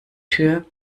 tür